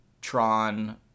Tron